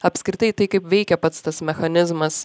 apskritai tai kaip veikia pats tas mechanizmas